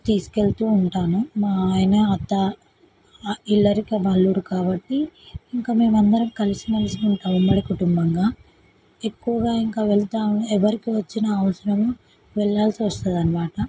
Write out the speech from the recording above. తీసుకెళుతూ ఉంటాను మా ఆయన అత్త ఇల్లరికం అల్లుడు కాబట్టి ఇంకా మేము అందరం కలిసిమెలిసి ఉంటాము ఉమ్మడి కుటుంబంగా ఎక్కువగా ఇంక వెళతాము ఎవరికి వచ్చినా అవసరం వెళ్ళాల్సి వస్తుందన్నమాట